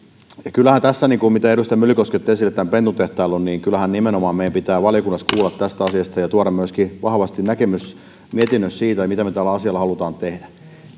kyllähän tässä kun edustaja myllykoski otti esille tämän pentutehtailun nimenomaan meidän pitää valiokunnassa kuulla tästä asiasta ja tuoda myöskin vahvasti näkemys mietinnössä siitä mitä me tälle asialle haluamme tehdä